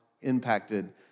impacted